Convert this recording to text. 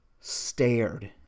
stared